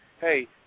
hey